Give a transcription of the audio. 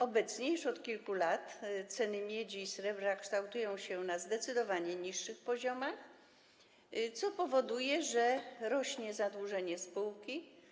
Obecnie - już od kilku lat - ceny miedzi i srebra kształtują się na zdecydowanie niższym poziomie, co powoduje, że rośnie zadłużenie spółki.